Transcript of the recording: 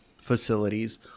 facilities